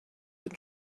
and